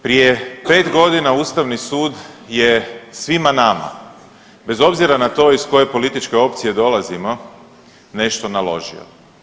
Prije pet godina Ustavni sud je svima nama bez obzira na to iz koje političke opcije dolazimo nešto naložio.